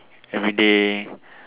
everyday